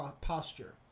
posture